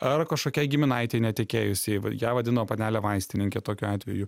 ar kažkokiai giminaitei netekėjusiai ją vadino panele vaistininke tokiu atveju